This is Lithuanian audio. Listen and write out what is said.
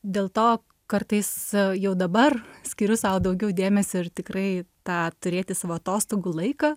dėl to kartais jau dabar skiriu sau daugiau dėmesio ir tikrai tą turėti savo atostogų laiką